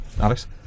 Alex